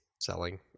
selling